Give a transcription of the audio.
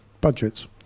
budgets